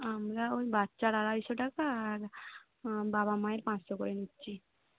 আমরা ওই বাচ্চার আড়াইশো টাকা আর বাবা মায়ের পাঁচশো করে নিচ্ছি